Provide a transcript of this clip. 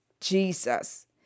Jesus